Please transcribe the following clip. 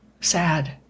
sad